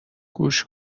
گوش